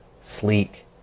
sleek